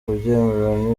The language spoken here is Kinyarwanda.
kubyemera